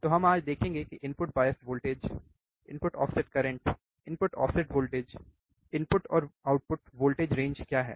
तो हम आज देखेंगे कि input bias voltage input offset current input offset voltage input और आउटपुट वोल्टेज रेंज क्या हैं